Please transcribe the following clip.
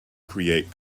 create